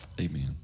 Amen